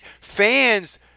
fans